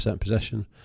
possession